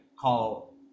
call